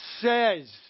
says